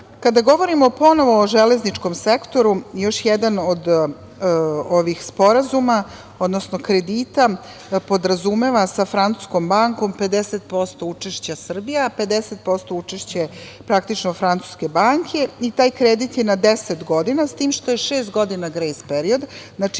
tome. Kada govorimo ponovo o železničkom sektoru, još jedan od ovih sporazuma, odnosno kredita, podrazumeva sa Francuskom bankom 50% učešća Srbija, a 50% učešće praktično, francuske banke, i taj kredit je na 10 godina, s tim što je šest godina grejs period. Znači,